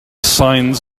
signs